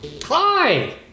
hi